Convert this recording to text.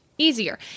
easier